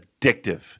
addictive